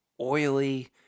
oily